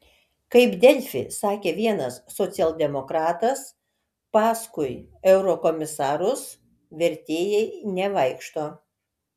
kaip delfi sakė vienas socialdemokratas paskui eurokomisarus vertėjai nevaikšto